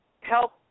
help